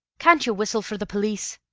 can't you whistle for the police?